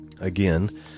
Again